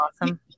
awesome